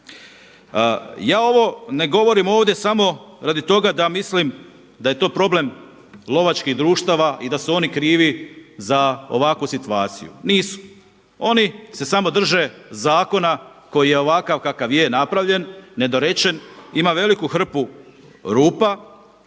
Ja ne govorimo ovdje samo radi toga da mislim da je to problem lovačkih društava i da su oni krivi za ovakvu situaciju. Nisu. Oni se samo drže zakona koji je ovakav je napravljen, nedorečen, ima veliku hrpu rupa